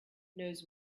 knows